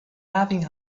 having